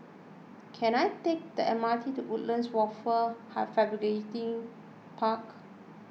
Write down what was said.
can I take the M R T to Woodlands Wafer Fabrication Park